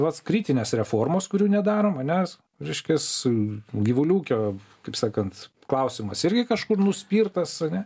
tos kritinės reformas kurių nedarom nes reiškias gyvulių ūkio kaip sakant klausimas irgi kažkur nuspirtas ane